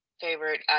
favorite